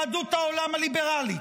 כנגד יהדות העולם הליברלית,